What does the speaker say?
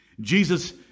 Jesus